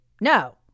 no